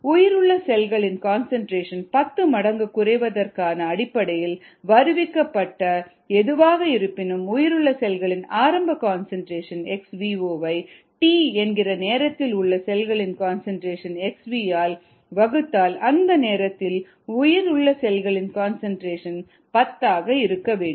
உயிருள்ள செல்களின் கன்சன்ட்ரேஷன் 10 மடங்கு குறைவதற்கான அடிப்படையில் வருவிக்கப்பட்ட எதுவாக இருப்பினும் உயிருள்ள செல்களின் ஆரம்ப கன்சன்ட்ரேஷன் xvo வை t என்ற நேரத்தில் உள்ள செல்களின் கன்சன்ட்ரேஷன் xv ஆல் வகுத்தால் அந்த நேரத்தில் உயிருள்ளசெல்களின் கன்சன்ட்ரேஷன் 10 ஆக இருக்க வேண்டும்